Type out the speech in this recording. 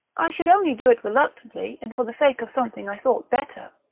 i should only do it reluctantly, and for the sake of something i thought better.